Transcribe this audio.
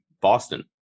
Boston